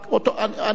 אני מציע